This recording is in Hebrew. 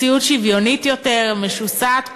מציאות שוויונית יותר, משוסעת פחות.